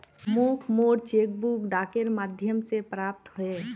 मोक मोर cheque book डाकेर माध्यम से प्राप्त होइए